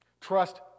Trust